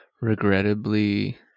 Regrettably